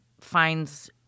finds